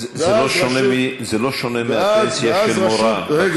זה לא שונה מהפנסיה של מורה בת